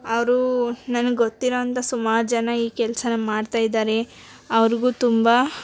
ಅವರು ನನ್ಗೆ ಗೊತ್ತಿರೋಂಥ ಸುಮಾರು ಜನ ಈ ಕೆಲಸನ ಮಾಡ್ತಾ ಇದ್ದಾರೆ ಅವ್ರಿಗೂ ತುಂಬ